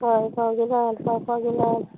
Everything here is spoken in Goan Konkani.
हय पाव किलो घाल पाव पाव किलो घाल